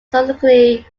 subsequently